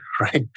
right